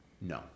No